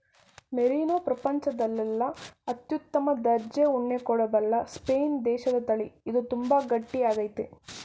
merino ಪ್ರಪಂಚದಲ್ಲೆಲ್ಲ ಅತ್ಯುತ್ತಮ ದರ್ಜೆ ಉಣ್ಣೆ ಕೊಡಬಲ್ಲ ಸ್ಪೇನ್ ದೇಶದತಳಿ ಇದು ತುಂಬಾ ಗಟ್ಟಿ ಆಗೈತೆ